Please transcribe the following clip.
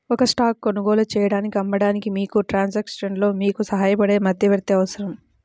ఒక స్టాక్ కొనుగోలు చేయడానికి, అమ్మడానికి, మీకు ట్రాన్సాక్షన్లో మీకు సహాయపడే మధ్యవర్తి అవసరం